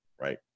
Right